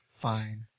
Fine